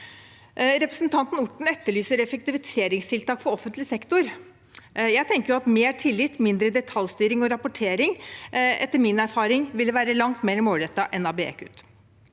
Representanten Orten etterlyser effektiviseringstiltak for offentlig sektor. Jeg tenker at mer tillit og mindre detaljstyring og rapportering – etter min erfaring – ville være langt mer målrettet enn ABE-kutt.